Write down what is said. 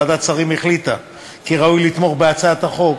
ועדת השרים החליטה כי ראוי לתמוך בהצעת החוק,